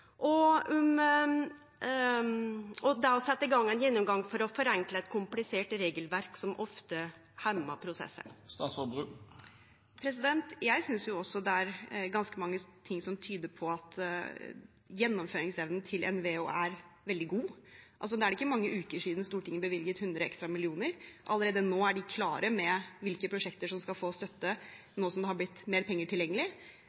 i gang ein gjennomgang for å forenkle eit komplisert regelverk som ofte hemjar prosessar. Jeg synes også det er ganske mange ting som tyder på at gjennomføringsevnen til NVE er veldig god. Det er ikke mange uker siden Stortinget bevilget 100 ekstra millioner. Allerede nå er de klare med hvilke prosjekter som skal få støtte, nå som mer penger er blitt tilgjengelig.